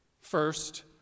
First